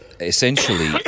essentially